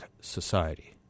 society